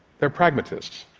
they're pragmatists.